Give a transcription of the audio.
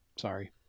Sorry